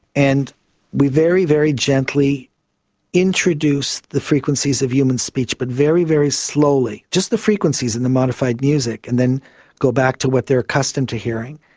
and we very, very gently introduce the frequencies of human speech but very, very slowly, just the frequencies and the modified music, and then go back to what they are accustomed to hearing.